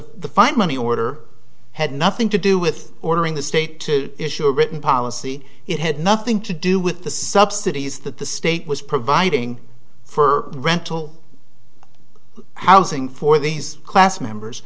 fine money order had nothing to do with ordering the state to issue a written policy it had nothing to do with the subsidies that the state was providing for rental housing for these class members